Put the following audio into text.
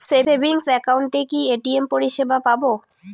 Savings একাউন্টে কি ATM পরিসেবা পাব?